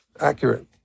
accurate